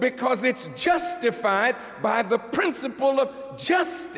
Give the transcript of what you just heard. because it's justified by the principle of just